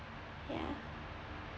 ya